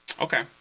Okay